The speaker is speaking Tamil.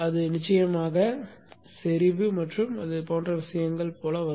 அது நிச்சயமாக செறிவு மற்றும் அது போன்ற விஷயங்களைப் போல வரும்